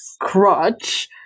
crutch